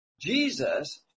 Jesus